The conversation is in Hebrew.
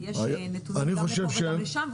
כי יש נתונים גם לפה וגם לשם.